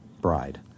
bride